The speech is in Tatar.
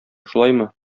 шулаймы